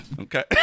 Okay